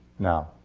now.